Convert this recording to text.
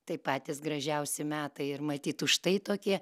tai patys gražiausi metai ir matyt užtai tokie